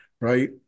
right